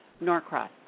Norcross